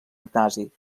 ignasi